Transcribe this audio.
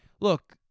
Look